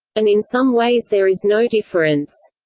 and in some ways there is no difference.